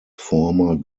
former